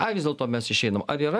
ai vis dėlto mes išeinam ar yra